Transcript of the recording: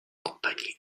compagnie